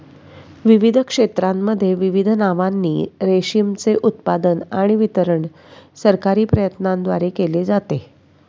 विविध क्षेत्रांमध्ये विविध नावांनी रेशीमचे उत्पादन आणि वितरण सरकारी प्रयत्नांद्वारे केले जाते